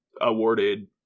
awarded